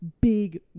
big